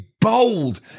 bold